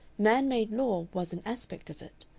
man-made law was an aspect of it.